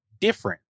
different